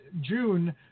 June